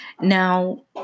Now